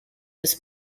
this